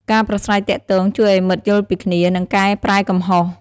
ការប្រាស្រ័យទាក់ទងជួយឱ្យមិត្តយល់ពីគ្នា និងកែប្រែកំហុស។